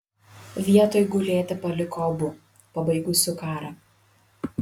vietoj gulėti paliko abu pabaigusiu karą